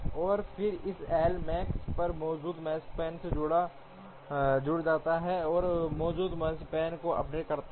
और फिर इस L मैक्स पर मौजूदा Makespan में जुड़ जाता है और मौजूदा Makespan को अपडेट करता है